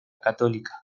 católica